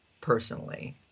personally